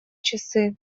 часы